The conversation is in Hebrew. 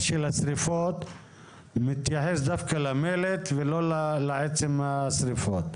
של השריפות מתייחס דווקא למלט ולא לעצם השריפות?